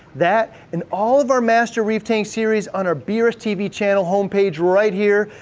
that, and all of our master reef tank series on our brstv channel home page right here,